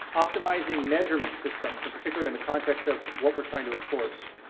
optimizing measurement systems, in particular in the context of what we're trying to enforce.